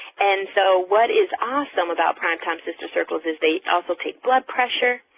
and so what is awesome about prime time sister circles is they also take blood pressure.